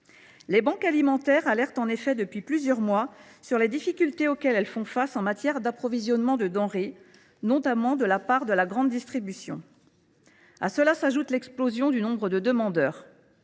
Les banques alimentaires font en effet part de leurs inquiétudes depuis plusieurs mois sur les difficultés auxquelles elles font face en matière d’approvisionnement de denrées, notamment de la part de la grande distribution. À cela s’ajoute l’explosion du nombre de demandeurs.